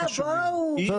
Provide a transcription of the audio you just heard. יחד